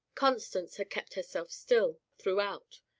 constance had kept herself still, throughout,